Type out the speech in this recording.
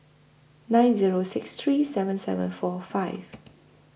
nine Zero six three seven seven four five